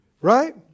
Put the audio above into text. Right